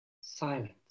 silence